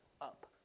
up